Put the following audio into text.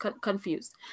confused